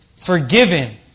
forgiven